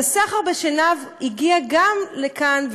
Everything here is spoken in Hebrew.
הסחר בשנהב הגיע גם לכאן,